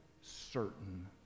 certain